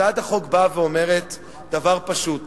הצעת החוק באה ואומרת דבר פשוט: